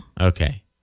Okay